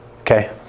okay